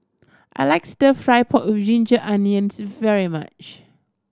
I like Stir Fry pork with ginger onions very much